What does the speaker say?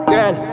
Girl